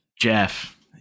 Jeff